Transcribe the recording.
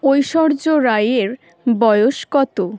ঐশ্বর্য রাইয়ের বয়স কত